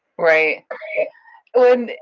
right. well and,